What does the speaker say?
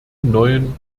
neuen